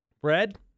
bread